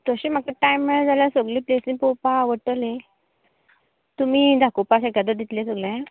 तशें म्हाका टायम हा जाल्यार सगले प्लेसीस पळोवपा आवडटलें तुमी दखोवपा शकतात इतलें सगलें